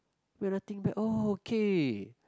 when I think back oh okay